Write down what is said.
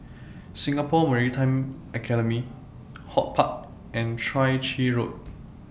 Singapore Maritime Academy HortPark and Chai Chee Road